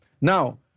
Now